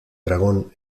dragón